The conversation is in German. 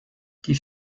die